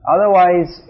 Otherwise